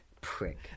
prick